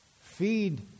Feed